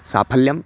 साफल्यम्